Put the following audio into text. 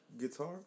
guitar